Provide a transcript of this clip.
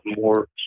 more